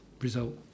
result